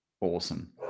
Awesome